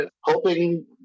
hoping